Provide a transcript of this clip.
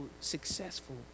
successful